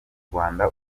rwanda